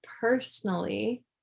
personally